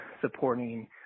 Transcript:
supporting